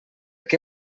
què